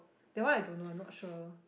that one I don't know I'm not sure